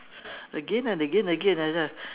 again and again again like that